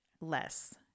less